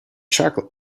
chocolate